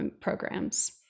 programs